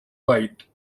light